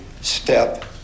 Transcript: step